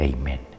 Amen